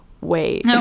wait